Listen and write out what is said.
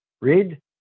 Read